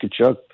Kachuk